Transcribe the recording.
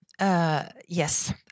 Yes